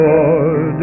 Lord